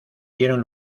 dieron